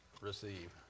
receive